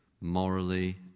morally